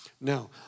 Now